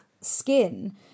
skin